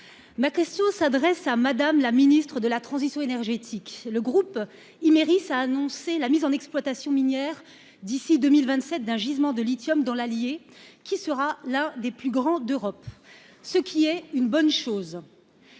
ma question s'adresse à Madame la Ministre de la Transition énergétique le groupe Imerys ça a annoncé la mise en exploitation minière d'ici 2027 d'un gisement de lithium dans l'Allier, qui sera l'un des plus grands d'Europe, ce qui est une bonne chose